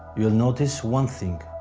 you will notice one thing.